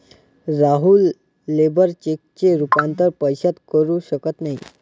राहुल लेबर चेकचे रूपांतर पैशात करू शकत नाही